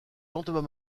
lendemain